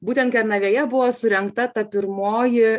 būtent kernavėje buvo surengta ta pirmoji